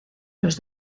los